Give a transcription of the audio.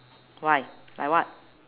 why like what